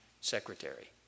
secretary